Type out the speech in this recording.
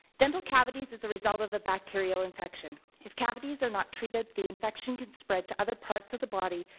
dental cavities as a result of a bacterial infection. if cavities are not treated the infection can spread to other parts of the body,